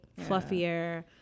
fluffier